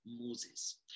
Moses